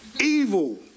evil